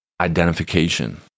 identification